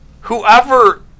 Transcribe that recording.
Whoever